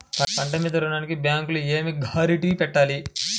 పంట మీద రుణానికి బ్యాంకులో ఏమి షూరిటీ పెట్టాలి?